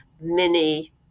Mini